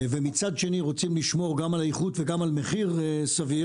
ומצד שני רוצים לשמור גם על איכות וגם על מחיר סביר,